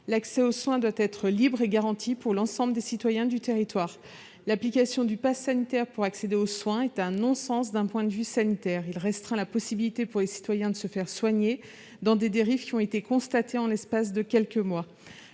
L'accès aux soins doit être libre et garanti pour l'ensemble des citoyens du territoire. De surcroît, l'application du passe sanitaire pour accéder aux soins est un non-sens d'un point de vue sanitaire. Il restreint la possibilité pour les citoyens de se faire soigner et des dérives ont été constatées ces derniers mois.